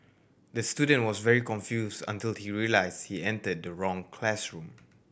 the student was very confused until he realised he entered the wrong classroom